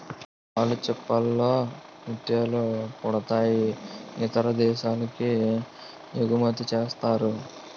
ఆల్చిచిప్పల్ లో ముత్యాలు పుడతాయి ఇతర దేశాలకి ఎగుమతిసేస్తారు